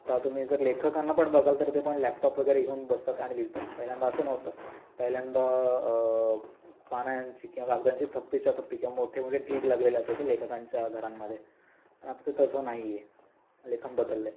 आत्ता तुम्ही जर लेखकांना पण बघाल तर ते पण लॅपटॉप वगैरे घेऊन बसतात आणि लिहितात पहिल्यांदा असं नव्हतं पहिल्यांदा पानांची किंवा कागदांची थप्पीच्या थप्पी किंवा मोठे मोठे ढीग लागलेले असायचे लेखकांच्या घरांमध्ये आता ते तसं नाहीये लेखन बदललं आहे